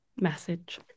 message